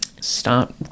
stop